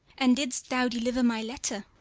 and didst thou deliver my letter?